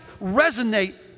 resonate